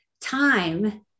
time